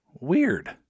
weird